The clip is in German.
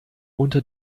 unter